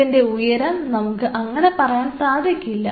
ഇതിൻറെ ഉയരം നമുക്ക് അങ്ങനെ പറയാൻ സാധിക്കില്ല